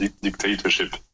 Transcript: dictatorship